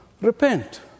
Repent